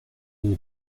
est